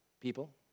people